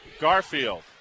garfield